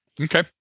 Okay